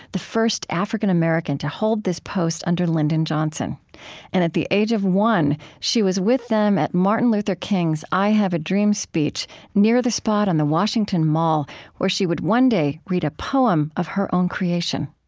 the first african-american to hold this post under lyndon johnson. and at the age of one, she was with them at martin luther king's i have a dream speech near the spot on the washington mall where she would one day read a poem of her own creation